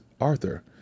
Arthur